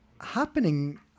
happening